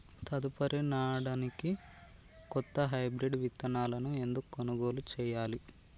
తదుపరి నాడనికి కొత్త హైబ్రిడ్ విత్తనాలను ఎందుకు కొనుగోలు చెయ్యాలి?